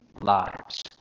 lives